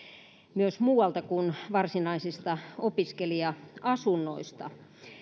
myös muualta kuin varsinaisista opiskelija asunnoista